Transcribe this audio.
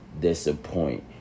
disappoint